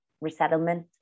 resettlement